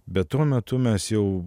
bet tuo metu mes jau